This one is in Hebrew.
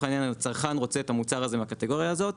הצרכן רוצה את המוצר הזה מהקטגוריה הזאת,